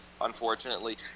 unfortunately